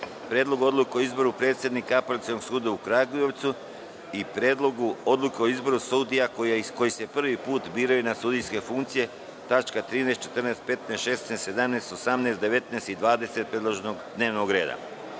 Predlogu odluke o izboru predsednika Apelacionog suda u Kragujevcu; Predlogu odluke o izboru sudija koji se prvi put biraju na sudijsku funkciju (tačke 13,14,15,16,17,18,19. i 20. predloženog dnevnog